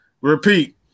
Repeat